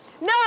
No